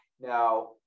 now